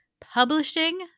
publishing